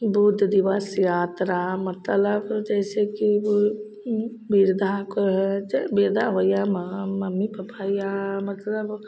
बहुदिवस यात्रा मतलब जैसेकि वृद्धाके हइ वृद्धा होइ या माँ मम्मी पप्पा या मतलब